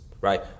right